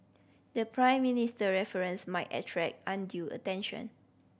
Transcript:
the Prime Minister reference might attract undue attention